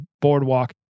boardwalk